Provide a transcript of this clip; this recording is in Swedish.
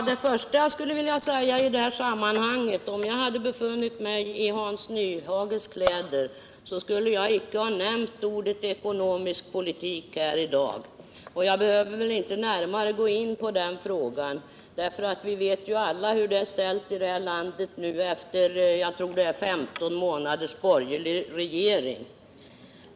Herr talman! Om jag hade befunnit mig i Hans Nyhages kläder skulle jag inte nämnt något om den ekonomiska politiken här i dag. Och jag behöver väl inte närmare gå in på den frågan eftersom vi ju alla vet hur det är ställt i det här landet efter 15 månaders borgerlig regering.